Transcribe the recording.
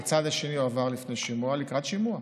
לצד השני, הועבר לקראת שימוע.